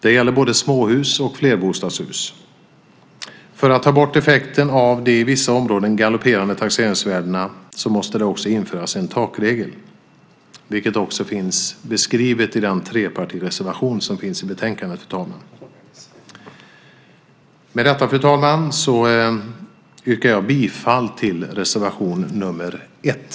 Det gäller både småhus och flerbostadshus. För att ta bort effekten av de i vissa områden galopperande taxeringsvärdena måste det också införas en takregel, vilket också finns beskrivet i den trepartireservation som finns i betänkandet. Fru talman! Med detta yrkar jag bifall till reservation nr 1.